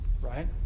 right